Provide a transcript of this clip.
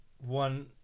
one